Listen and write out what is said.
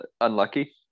unlucky